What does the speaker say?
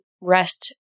rest